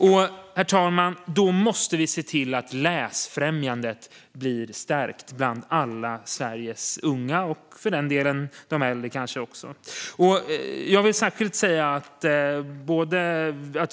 Då måste vi, herr ålderspresident, se till att läsfrämjandet stärks bland alla Sveriges unga och för den delen kanske även bland de äldre. Vi